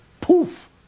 Poof